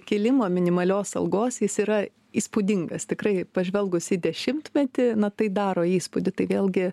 kėlimą minimalios algos jis yra įspūdingas tikrai pažvelgus į dešimtmetį na tai daro įspūdį tai vėlgi